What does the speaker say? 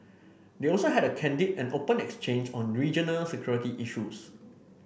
they also had a candid and open exchange on regional security issues